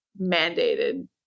mandated